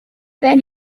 then